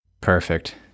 Perfect